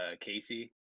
Casey